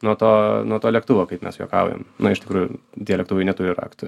nuo to nuo to lėktuvo kaip mes juokaujam na iš tikrųjų tie lėktuvai neturi raktų